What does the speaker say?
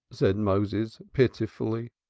said moses pitifully.